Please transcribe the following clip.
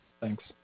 Thanks